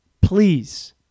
please